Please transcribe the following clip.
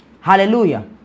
Hallelujah